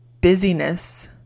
busyness